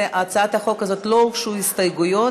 להצעת החוק הזאת לא הוגשו הסתייגויות,